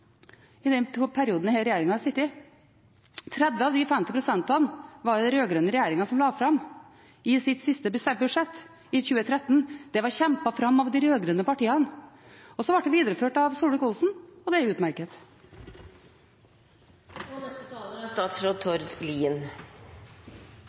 i den perioden denne regjeringen har sittet. 30 av de 50 prosentene var det den rød-grønne regjeringen som la fram i sitt siste budsjett i 2013. Det var kjempet fram av de rød-grønne partiene, og så ble det videreført av Solvik-Olsen – og det er utmerket.